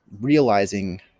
realizing